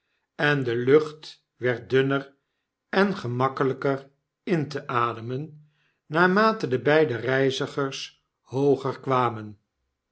en de lucht werd dunner en gemakkelgker in te ademen naarmate de beide reizigers geen uitweg hooger kwamen